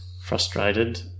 Frustrated